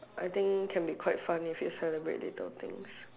I think can be quite fun if you celebrate little things